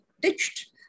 ditched